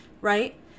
right